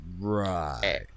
Right